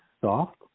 soft